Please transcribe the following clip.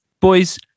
Boys